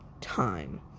time